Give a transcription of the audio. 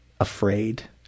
afraid